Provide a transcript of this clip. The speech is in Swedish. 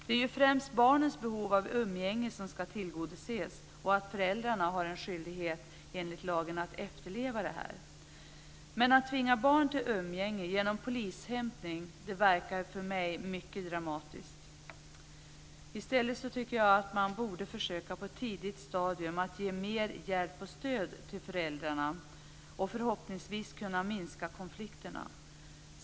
Det är främst barnens behov av umgänge som ska tillgodoses, och föräldrarna har enligt lagen en skyldighet att efterleva detta. Men att tvinga barn till umgänge genom polishämtning verkar för mig mycket dramatiskt. I stället borde man på ett tidigt stadium försöka ge mer hjälp och stöd till föräldrarna och förhoppningsvis minska konflikterna.